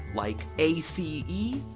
like a c e,